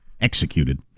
Executed